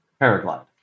paraglide